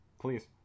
please